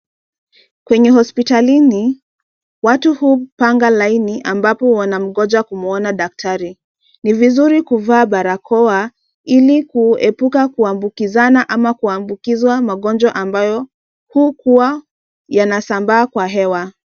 Kwenye hospitalini, watu hupanga laini ambapo wanamngoja kumwona daktari. Ni vizuri kuvaa barakoa ili kuepuka kuambukizana ama kuambukizwa magonjwa ambayo hukuwa yanasambaa kwa hewa.